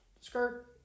skirt